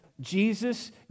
Jesus